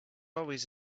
always